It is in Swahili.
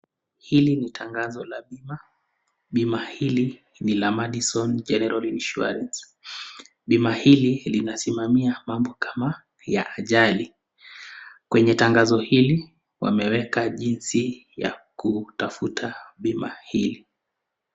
Hili ni tangazo la bima bima hili ni la Madison general insurance bima hili linasimamia mambo kama ya ajali kwenye tangazo hili wameeka jinsi ya kutafuta bima hili.